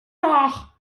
nach